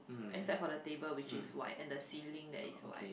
except for the table which is white and the ceiling that is white